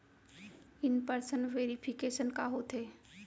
In person verification का होथे?